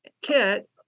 Kit